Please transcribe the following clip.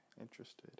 interested